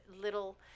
little